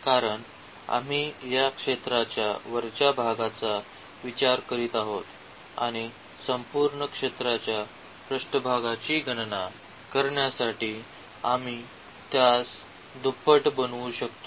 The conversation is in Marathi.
कारण आम्ही या क्षेत्राच्या वरच्या भागाचा विचार करीत आहोत आणि संपूर्ण क्षेत्राच्या पृष्ठभागाची गणना करण्यासाठी आम्ही त्यास दुप्पट बनवू शकतो